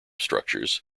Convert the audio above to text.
structures